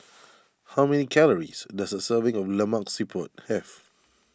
how many calories does a serving of Lemak Siput have